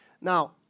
Now